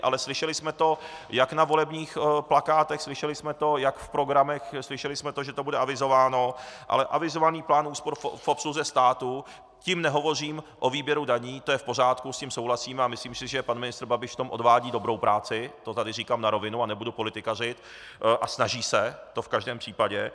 Ale slyšeli jsme to jak na volebních plakátech, slyšeli jsme to jak v programech, slyšeli jsme, že to bude avizováno, ale avizovaný plán úspor v obsluze státu tím nehovořím o výběru daní, to je v pořádku, s tím souhlasíme a myslím si, že pan ministr Babiš v tom odvádí dobrou práci, to tady říkám na rovinu a nebudu politikařit, a snaží se, to v každém případě.